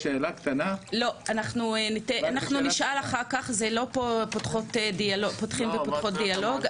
אנחנו נשאל אחר כך, לא פותחים ופותחות פה דיאלוג.